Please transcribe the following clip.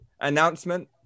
announcement